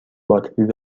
باتری